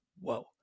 whoa